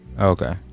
Okay